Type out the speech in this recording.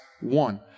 one